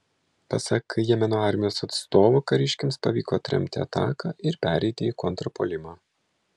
pasak jemeno armijos atstovo kariškiams pavyko atremti ataką ir pereiti į kontrpuolimą